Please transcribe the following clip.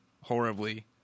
Horribly